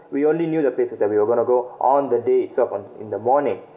we only knew the places that we were gonna go on the day itself on in the morning